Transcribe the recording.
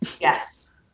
Yes